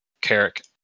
Carrick